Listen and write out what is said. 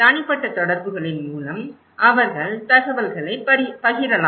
தனிப்பட்ட தொடர்புகளின் மூலம் அவர்கள் தகவல்களைப் பகிரலாம்